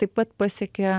taip pat pasiekia